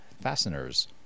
fasteners